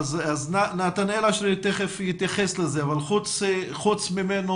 נתנאל אשרי תיכף יתייחס לזה אבל חוץ ממנו,